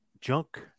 Junk